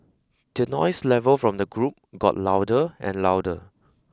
the noise level from the group got louder and louder